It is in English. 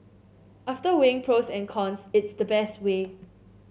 after weighing pros and cons it's the best way